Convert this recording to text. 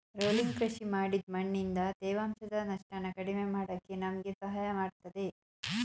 rolling ಕೃಷಿ ಮಾಡಿದ್ ಮಣ್ಣಿಂದ ತೇವಾಂಶದ ನಷ್ಟನ ಕಡಿಮೆ ಮಾಡಕೆ ನಮ್ಗೆ ಸಹಾಯ ಮಾಡ್ತದೆ